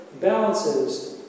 balances